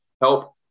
help